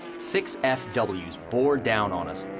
six fws bore down on us.